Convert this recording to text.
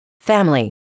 family